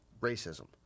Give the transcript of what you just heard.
racism